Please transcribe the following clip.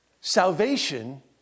Salvation